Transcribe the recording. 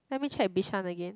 let me check bishan again